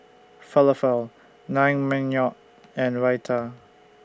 Falafel Naengmyeon and Raita